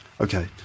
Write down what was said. okay